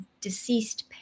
deceased